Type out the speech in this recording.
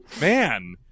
man